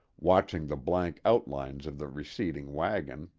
watching the blank outlines of the receding wagon,